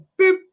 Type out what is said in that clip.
boop